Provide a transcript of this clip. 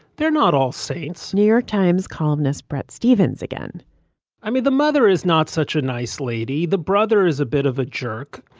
they're not all saints. new york times columnist bret stephens again i mean, the mother is not such a nice lady. the brother is a bit of a jerk.